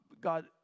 God